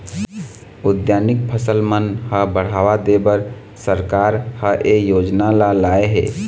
उद्यानिकी फसल मन ह बड़हावा देबर सरकार ह ए योजना ल लाए हे